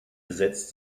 setzt